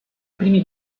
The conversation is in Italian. primi